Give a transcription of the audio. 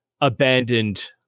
abandoned